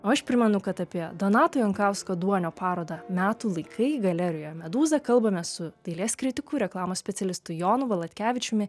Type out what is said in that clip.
o aš primenu kad apie donato jankausko duonio parodą metų laikai galerijoje medūza kalbamės su dailės kritiku reklamos specialistu jonu valatkevičiumi